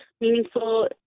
meaningful